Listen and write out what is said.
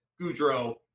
Goudreau